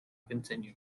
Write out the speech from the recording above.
continue